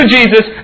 Jesus